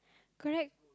correct